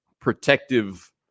protective